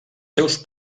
seus